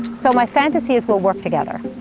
so my fantasy is we'll work together,